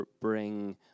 bring